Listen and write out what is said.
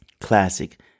Classic